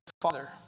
Father